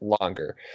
longer